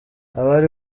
abari